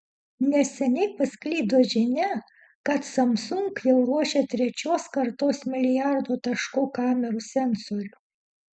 neseniai pasklido žinia kad samsung jau ruošia trečios kartos milijardo taškų kamerų sensorių